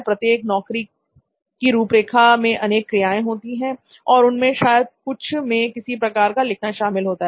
प्रत्येक नौकरी की रूपरेखा में अनेक क्रियाएं होती हैं और उनमें से शायद कुछ मैं किसी प्रकार का लिखना शामिल होता है